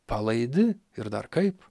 palaidi ir dar kaip